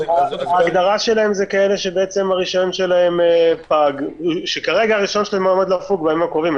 ההגדרה שלהם זה כאלה שהרישיון שלהם עומד לפוג בימים הקרובים.